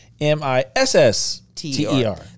M-I-S-S-T-E-R